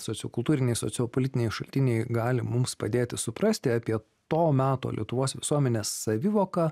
sociokultūriniai sociopolitiniai šaltiniai gali mums padėti suprasti apie to meto lietuvos visuomenės savivoką